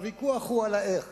הוויכוח הוא על איך,